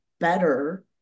better